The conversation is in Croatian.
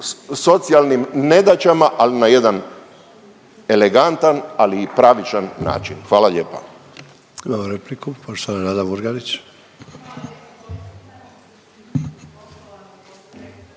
socijalnim nedaćama, ali na jedan elegantan, ali i pravičan način. Hvala lijepa.